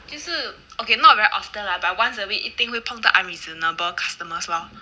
就是 okay not very often but once a week 一定会碰到 unreasonable customers lor